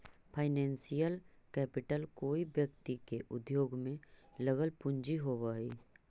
financial capital कोई व्यक्ति के उद्योग में लगल पूंजी होवऽ हई